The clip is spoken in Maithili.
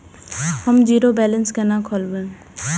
हम जीरो बैलेंस केना खोलैब?